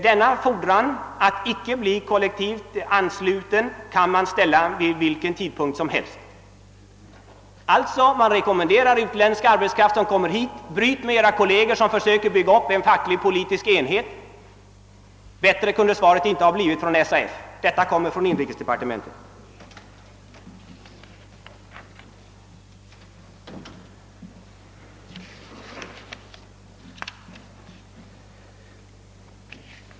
Denna fordran att icke bli kollektivt ansluten kan man ställa vid vilken tidpunkt som helst. Alltså: Man rekommenderar utländsk arbetskraft som kommer hit att bryta med kollegerna som försöker bygga upp en facklig politisk enhet. Bättre kunde svaret inte ha blivit från Svenska arbetsgivareföreningen — detta kommer från inrikesdepartmentet!